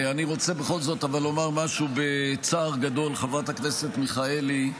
אני רוצה לומר משהו בצער גדול, חברת הכנסת מיכאלי,